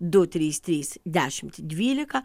du trys trys dešimt dvylika